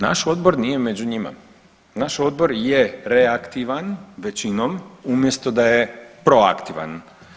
Naš odbor nije među njima, naš odbor je reaktivan većinom umjesto da je proaktivan.